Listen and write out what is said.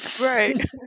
Right